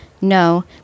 no